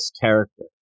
character